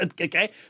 Okay